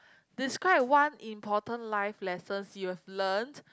describe one important life lessons you've learnt